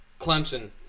Clemson